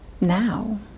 now